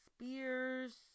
Spears